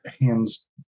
Hands